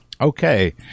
Okay